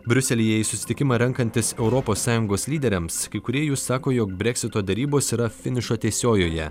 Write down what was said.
briuselyje į susitikimą renkantis europos sąjungos lyderiams kai kurie jų sako jog breksito derybos yra finišo tiesiojoje